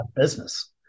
business